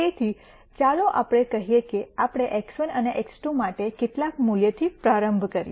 તેથી ચાલો આપણે કહીએ કે આપણે x1 અને x2 માટે કેટલાક મૂલ્યથી પ્રારંભ કરીએ